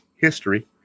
History